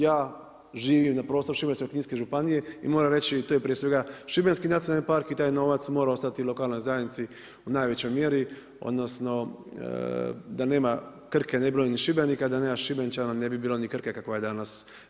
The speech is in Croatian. Ja živim na prostoru Šibensko-kninske županije i moram reći, to je prije svega šibenski-nacionalni park i taj novac mora ostati lokalnoj zajednici u najvećoj mjeri, odnosno da nema Krke nema ni Šibenika, da nema Šibenčana ne bi bilo ni Krke kakva je danas.